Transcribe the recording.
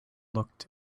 looked